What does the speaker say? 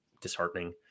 disheartening